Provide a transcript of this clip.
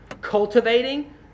cultivating